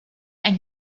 ein